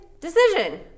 decision